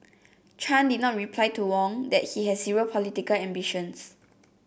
chan did not reply to Wong that he has zero political ambitions